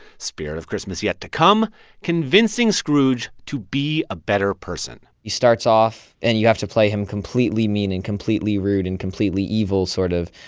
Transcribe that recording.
spirit of christmas yet-to-come convincing scrooge to be a better person he starts off, and you have to play him completely mean and completely rude and completely evil, sort of.